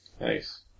Nice